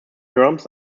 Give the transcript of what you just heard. drums